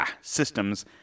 systems